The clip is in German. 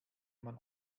man